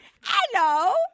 Hello